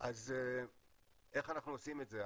אז איך אנחנו עושים את זה?